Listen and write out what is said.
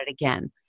again